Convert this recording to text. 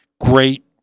Great